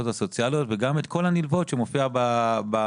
הסוציאליות וגם את כל הדברים הנלווים שמופיעים בטבלה.